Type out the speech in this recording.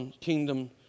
kingdom